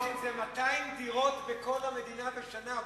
נסים, זה 200 דירות בכל המדינה בשנה.